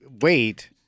wait